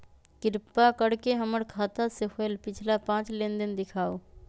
कृपा कर के हमर खाता से होयल पिछला पांच लेनदेन दिखाउ